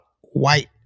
white